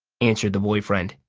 answered the boyfriend.